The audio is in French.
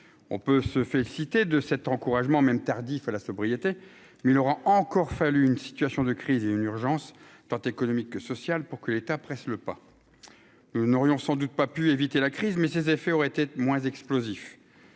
on peut se féliciter de cet encouragement, même tardif à la sobriété, il aura encore fallu une situation de crise et une urgence tant économique que sociale pour que l'État pressent le pas, nous n'aurions sans doute pas pu éviter la crise, mais ses effets auraient été moins explosif,